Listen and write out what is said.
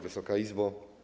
Wysoka Izbo!